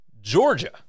Georgia